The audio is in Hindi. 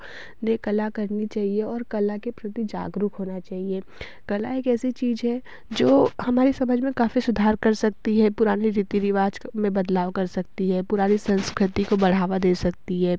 ने कला करनी चाहिए और कला के प्रति जागरूक होना चाहिए कला एक ऐसी चीज़ जो हमारी समाज में काफ़ी सुधार कर सकती है पुराने रीति रिवाज़ में बदलाव कर सकती है पुरानी संस्कृति को बढ़ावा दे सकती है